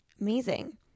Amazing